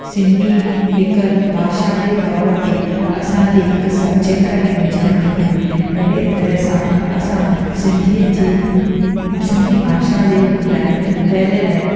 सिंधी हिक भाषा जे तौर ते असांजे हिक सबजैक्ट में हुजणु खपे अहिड़े तरहि सां असां सिंधीअ जे सिंधी भाषा जे लाइ फैलयल